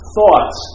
Thoughts